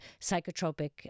psychotropic